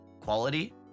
quality